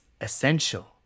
essential